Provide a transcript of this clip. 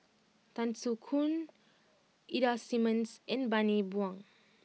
Tan Soo Khoon Ida Simmons and Bani Buang